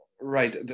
Right